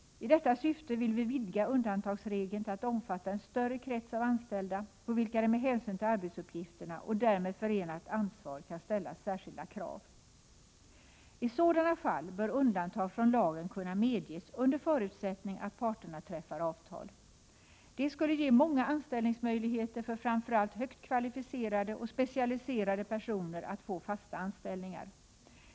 I detta syfte vill vi vidga undantagsregeln till att omfatta en större krets av anställda, på vilka det med hänsyn till arbetsuppgifterna och därmed förenat ansvar kan ställas särskilda krav. I sådana fall bör undantag från lagen kunna medges under förutsättning att parterna träffar avtal. Det skulle ge ökade möjligheter för framför allt högt kvalificerade och specialiserade personer att få fasta anställningar.